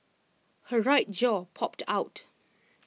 her right jaw popped out